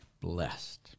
Blessed